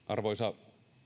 arvoisa